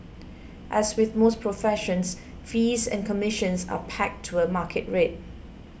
as with most professions fees and commissions are pegged to a market rate